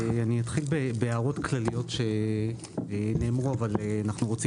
אני אתחיל בהערות כלליות שאין רוב אבל אנחנו רוצים